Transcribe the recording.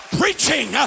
preaching